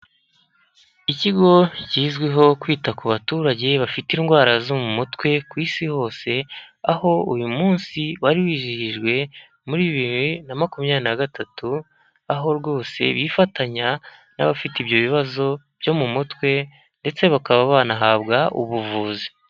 Ikigo kizwiho kwita ku baturage bafite indwara zo mu mutwe ku isi hose, aho uyu munsi wari wizihijwe muri bibiri na makumyabiri nagatatu aho rwose bifatanya n'abafite ibyo bibazo byo mu mutwe ndetse bakaba banahabwa ubuvuzi.